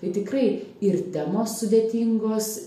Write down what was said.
tai tikrai ir temos sudėtingos